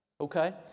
Okay